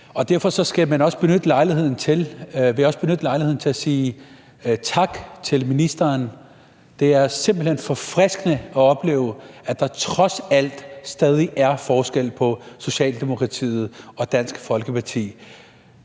Og derfor vil jeg også benytte lejligheden til at sige tak til ministeren. Det er simpelt hen forfriskende at opleve, at der trods alt stadig er forskel på Socialdemokratiet og Dansk Folkeparti.